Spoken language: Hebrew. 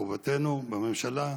חובתנו בממשלה,